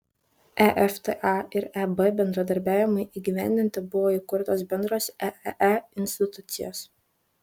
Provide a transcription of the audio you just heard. efta ir eb bendradarbiavimui įgyvendinti buvo įkurtos bendros eee institucijos